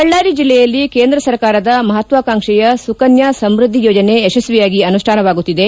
ಬಳ್ಳಾರಿ ಜಿಲ್ಲೆಯಲ್ಲಿ ಕೇಂದ್ರ ಸರ್ಕಾರದ ಮಹತ್ವಾಕಾಂಕ್ಷೆಯ ಸುಕನ್ಯಾ ಸಮೃದ್ದಿ ಯೋಜನೆ ಯಶಸ್ವಿಯಾಗಿ ಅನುಷ್ಟಾನವಾಗುತ್ತಿದೆ